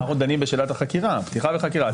בסדר, אנחנו דנים בשאלת החקירה, הפתיחה בחקירה.